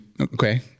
Okay